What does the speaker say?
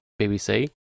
BBC